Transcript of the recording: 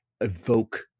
evoke